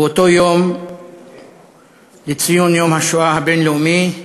באותו יום לציון יום השואה הבין-לאומי,